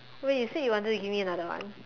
wait you say you wanted to give me another one